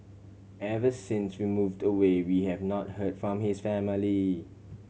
ever since we moved away we have not heard from his family